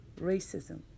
Racism